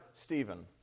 Stephen